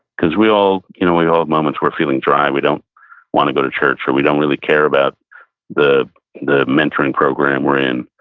because we all you know we all have moments we're feeling dry, we don't want to go to church or we don't really care about the the mentoring program we're in.